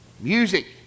Music